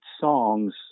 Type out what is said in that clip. songs